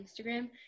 Instagram